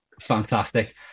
Fantastic